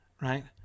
Right